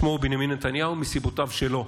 ושמו הוא בנימין נתניהו, מסיבותיו שלו.